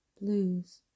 blues